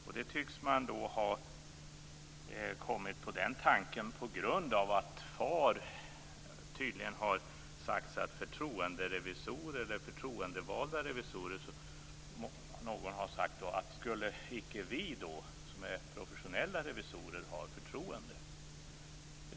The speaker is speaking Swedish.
Man tycks ha kommit på den tanken på grund av att FAR skall ha hört någon förtroenderevisor eller förtroendevald revisor fråga: Skulle icke vi som är professionella revisorer ha förtroende?